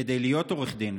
כדי להיות עורך דין,